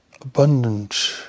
abundant